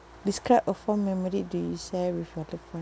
describe a fond memory do you share with your loved one